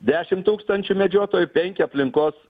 dešimt tūkstančių medžiotojų penki aplinkos